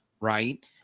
right